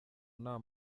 nta